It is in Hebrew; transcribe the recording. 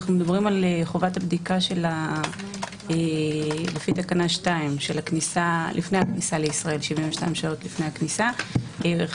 אנו מדברים על חובת הבדיקה לפי תקנה 2 72 שעות לפני הכניסה לישראל.